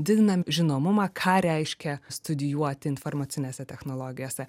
didinam žinomumą ką reiškia studijuoti informacinėse technologijose